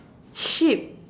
sheep